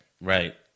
Right